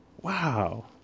wow